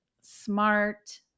smart